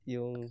Yung